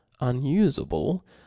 unusable